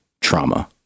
trauma